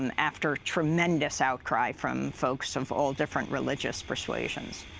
um after tremendous outcry from folks of all different religious persuasions.